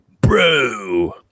bro